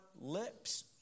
lips